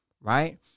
right